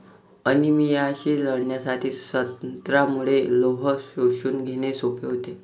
अनिमियाशी लढण्यासाठी संत्र्यामुळे लोह शोषून घेणे सोपे होते